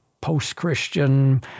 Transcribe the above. post-Christian